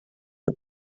are